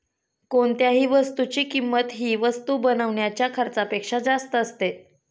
कोणत्याही वस्तूची किंमत ही वस्तू बनवण्याच्या खर्चापेक्षा जास्त असते